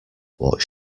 what